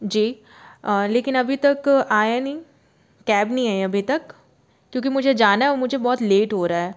जी लेकिन अभी तक आया नहीं कैब नहीं आया अभी तक क्योंकि मुझे जाना है और मुझे बहुत लेट हो रहा है